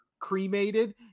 cremated